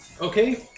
Okay